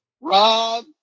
Rob